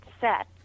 set